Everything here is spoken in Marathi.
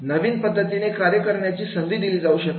नवीन पद्धतीने कार्य करण्याची संधी दिली जाऊ शकते